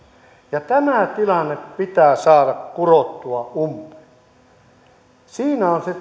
ja tämä tilanne pitää saada kurottua umpeen siinä on se